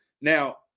Now